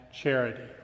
Charity